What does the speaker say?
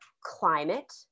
climate